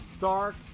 dark